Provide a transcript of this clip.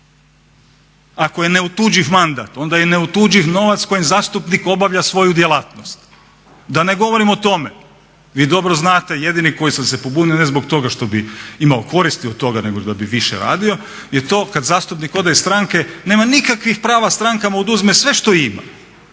Ako je neotuđiv mandat, onda je neotuđiv novac kojim zastupnik obavlja svoju djelatnost. Da ne govorim o tome, vi dobro znate jedini koji sam se pobunio ne zbog toga što bi imao koristi od toga, nego da bi više radio je to kad zastupnik ode iz stranke nema nikakvih prava, stranka mu oduzme sve što ima